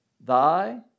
thy